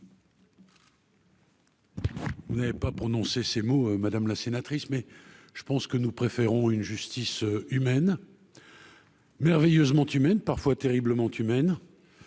Vous n'avez pas prononcé ces mots, madame la sénatrice mais je pense que nous préférons une justice humaine. Merveilleusement humaine parfois terriblement humaine